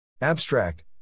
Abstract